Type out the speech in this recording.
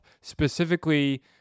specifically